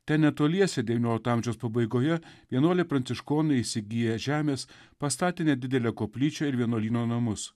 ten netoliese devyniolikto amžiaus pabaigoje vienuoliai pranciškonai įsigiję žemės pastatė nedidelę koplyčią ir vienuolyno namus